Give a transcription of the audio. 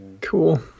Cool